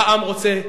העם רוצה ליכוד.